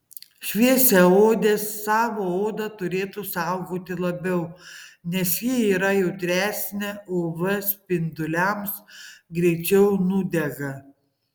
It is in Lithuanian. šviesiaodės savo odą turėtų saugoti labiau nes ji yra jautresnė uv spinduliams greičiau nudega